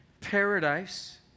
Paradise